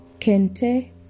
Kente